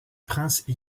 prince